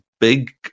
big